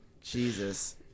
Jesus